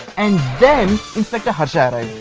and then inspector harsha arrived.